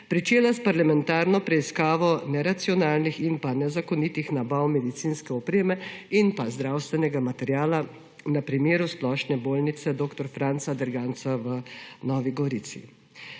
pričela s parlamentarno preiskavo neracionalnih in nezakonitih nabav medicinske opreme ter zdravstvenega materiala na primeru Splošne bolnišnice dr. Franca Derganca v Novi Gorici.